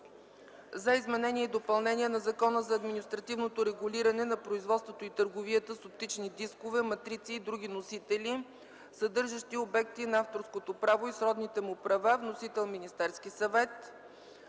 за изменение и допълнение на Закона за административното регулиране на производството и търговията с оптични дискове, матрици и други носители, съдържащи обекти на авторското право и сродните му права. Вносител – Министерският съвет.